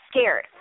scared